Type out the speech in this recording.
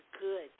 good